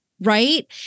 right